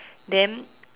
then